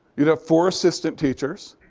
you'd have four assistant teachers.